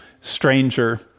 stranger